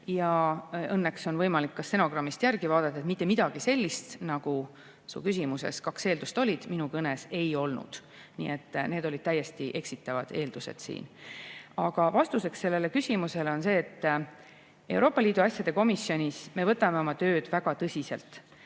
Ja õnneks on võimalik ka stenogrammist järele vaadata, et mitte midagi sellist, nagu su küsimuses kaks eeldust olid, minu kõnes ei olnud. Nii et need olid täiesti eksitavad eeldused siin. Aga vastus küsimusele on see. Euroopa Liidu asjade komisjonis me võtame oma tööd väga tõsiselt.